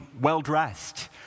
well-dressed